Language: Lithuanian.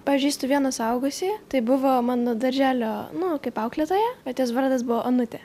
pažįstu vieną suaugusįjį tai buvo mano darželio nu kaip auklėtoja bet jos vardas buvo onutė